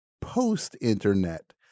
post-internet